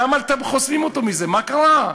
למה אתם חוסמים אותה מזה, מה קרה?